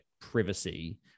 privacy